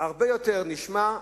הרבה יותר נשמע,